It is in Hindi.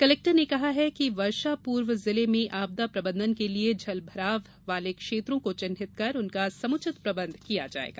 कलेक्टर ने कहा कि वर्षा पूर्व जिले में आपदा प्रबंधन के लिए जलभराव वाले क्षेत्रों को चिन्हित कर उनका समुचित प्रबंध किया जायेगा